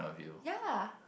ya